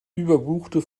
überbuchte